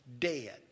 dead